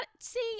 See